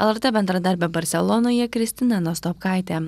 lrt bendradarbė barselonoje kristina nastopkaitė